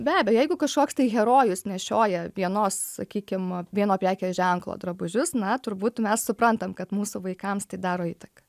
be abejo jeigu kažkoks tai herojus nešioja vienos sakykim vieno prekės ženklo drabužius na turbūt mes suprantam kad mūsų vaikams tai daro įtaką